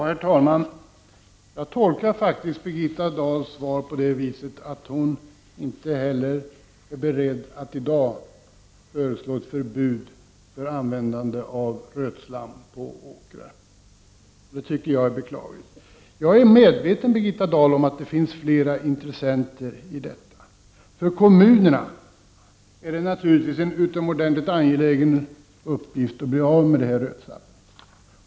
Herr talman! Jag tolkar faktiskt Birgitta Dahls svar på det viset att hon inte heller är beredd att i dag föreslå ett förbud mot användande av rötslam på åkrar. Det tycker jag är beklagligt. Jag är, Birgitta Dahl, medveten om att det finns flera intressenter i detta. För kommunerna är det naturligtvis en utomordentligt angelägen uppgift att bli av med rötslammet.